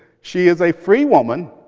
she is a free woman,